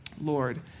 Lord